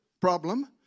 problem